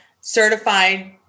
certified